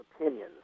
opinions